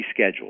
rescheduled